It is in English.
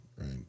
right